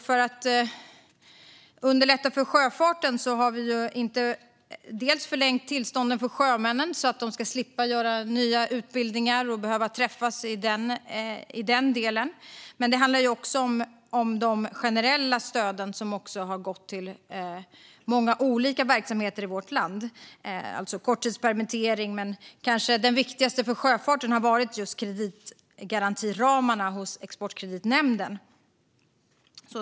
För att underlätta för sjöfarten har dels tillstånden förlängts för sjömännen så att de ska slippa behöva genomgå nya utbildningar, dels de generella stöden gått till många olika verksamheter i vårt land, till exempel korttidspermittering. Kanske det viktigaste för sjöfarten har varit kreditgarantiramarna hos Exportkreditnämnden.